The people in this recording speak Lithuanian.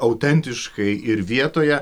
autentiškai ir vietoje